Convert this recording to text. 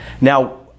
Now